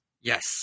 Yes